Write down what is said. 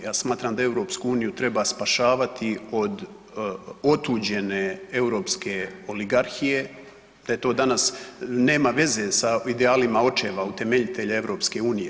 Ja smatram da EU treba spašavati od otuđene europske oligarhije, da to danas nema veze sa idealima očeva, utemeljitelja EU.